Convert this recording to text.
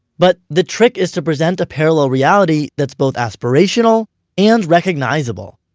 but the trick is to present a parallel reality that's both aspirational and recognizable.